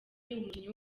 umukinnyi